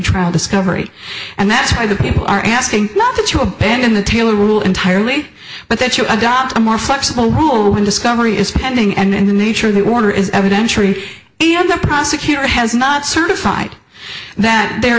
trial discovery and that's why the people are asking not to abandon the taylor rule entirely but that you adopt a more flexible rule when discovery is pending and the nature of the order is evidentiary in the prosecutor has not certified that there